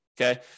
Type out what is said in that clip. okay